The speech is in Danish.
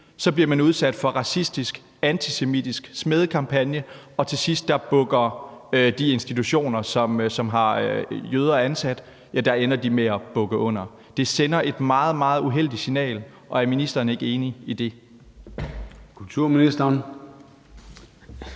bliver man udsat for racistiske, antisemitiske smædekampagner, og til sidst bukker de institutioner under, som har jøder ansat. Det sender et meget, meget uheldigt signal. Er ministeren ikke enig i det?